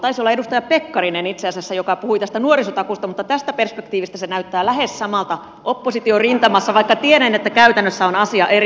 taisi olla itse asiassa edustaja pekkarinen joka puhui tästä nuorisotakuusta mutta tästä perspektiivistä se näyttää lähes samalta oppositiorintamassa vaikka tiedän että käytännössä on asia eri